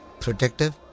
Protective